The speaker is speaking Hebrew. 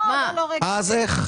לא, רגע,